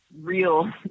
real